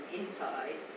inside